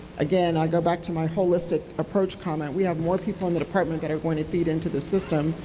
again, i go back to my holistic approach comment. we have more people in the department that are going to feed into the system,